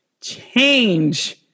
change